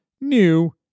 new